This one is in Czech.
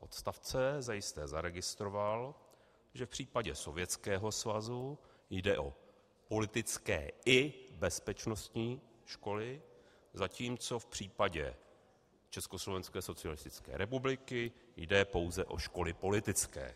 odstavce zajisté zaregistroval, že v případě Sovětského svazu jde o politické i bezpečnostní školy, zatímco u Československé socialistické republiky jde pouze o školy politické.